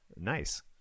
Nice